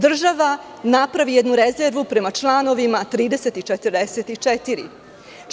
Država napravi jednu rezervu prema članovima 30, 40 i 44.